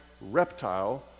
reptile